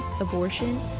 abortion